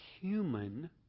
human